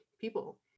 people